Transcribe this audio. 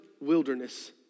wilderness